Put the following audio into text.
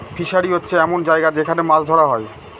fishery হচ্ছে এমন জায়গা যেখান মাছ ধরা হয়